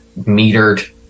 metered